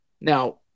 Now